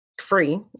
free